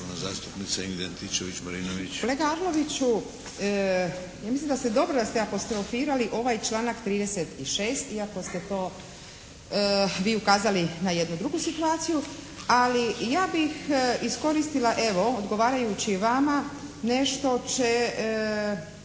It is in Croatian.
zastupnica Ingrid Antičević Marinović.